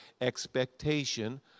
expectation